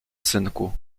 synku